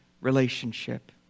relationship